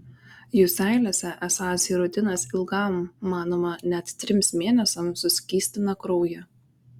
jų seilėse esąs hirudinas ilgam manoma net trims mėnesiams suskystina kraują